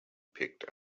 picked